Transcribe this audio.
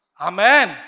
Amen